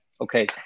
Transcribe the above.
okay